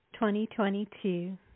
2022